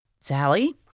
Sally